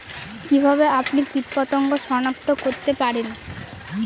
কিভাবে আপনি কীটপতঙ্গ সনাক্ত করতে পারেন?